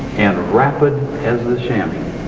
and rapid as the chamois now